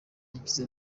yagize